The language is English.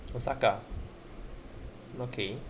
osaka okay